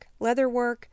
leatherwork